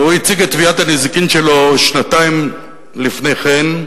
והוא הציג את תביעת הנזיקין שלו שנתיים לפני כן,